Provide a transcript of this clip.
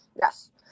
Yes